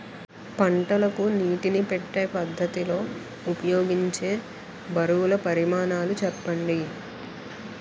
పంటలకు నీటినీ పెట్టే పద్ధతి లో ఉపయోగించే బరువుల పరిమాణాలు చెప్పండి?